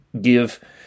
give